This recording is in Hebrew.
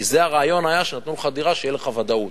כי זה היה הרעיון, שנתנו לך דירה שתהיה לך ודאות.